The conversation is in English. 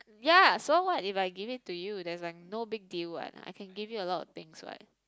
ya so what if I give it to you there's like no big deal [what] I can give you a lot of things [what]